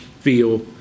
feel